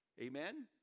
Amen